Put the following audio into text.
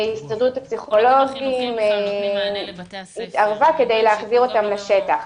הסתדרות הפסיכולוגים התערבה כדי להחזיר אותם לשטח.